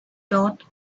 dot